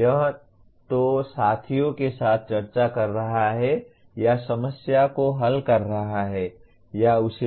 यह या तो साथियों के साथ चर्चा कर रहा है या समस्या को हल कर रहा है या उस